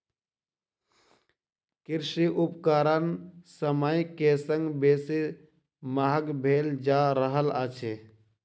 कृषि उपकरण समय के संग बेसी महग भेल जा रहल अछि